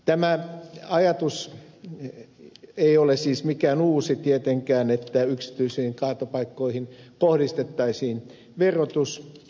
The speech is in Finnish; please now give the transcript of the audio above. tämä ajatus ei ole siis mikään uusi tietenkään että yksityisiin kaatopaikkoihin kohdistettaisiin verotus